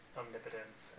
omnipotence